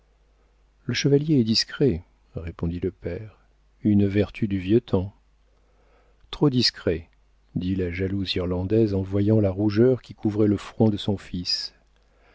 le chevalier est discret répondit le père une vertu du vieux temps trop discret dit la jalouse irlandaise en voyant la rougeur qui couvrait le front de son fils